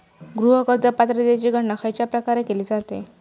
गृह कर्ज पात्रतेची गणना खयच्या प्रकारे केली जाते?